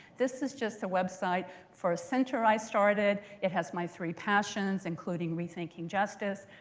this is just a website for a center i started. it has my three passions, including rethinking justice.